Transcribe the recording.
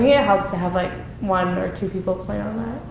yeah helps to have like one or two people plan